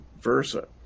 Versa